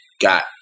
got